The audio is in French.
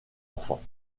enfants